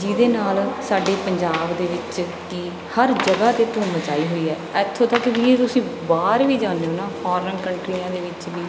ਜਿਹਦੇ ਨਾਲ ਸਾਡੇ ਪੰਜਾਬ ਦੇ ਵਿੱਚ ਕੀ ਹਰ ਜਗ੍ਹਾ 'ਤੇ ਧੁੰਮ ਮਚਾਈ ਹੋਈ ਹੈ ਇੱਥੋਂ ਤੱਕ ਕਿ ਤੁਸੀਂ ਬਾਹਰ ਵੀ ਜਾਂਦੇ ਹੋ ਨਾ ਫੋਰਨ ਕੰਟਰੀਆਂ ਦੇ ਵਿੱਚ ਵੀ